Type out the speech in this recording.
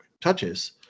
touches